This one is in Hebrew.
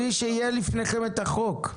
בלי שיהיה לפניכם את החוק.